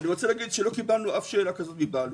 אני רוצה לומר שלא קיבלנו שאלה כזאת מבעלויות.